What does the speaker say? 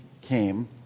came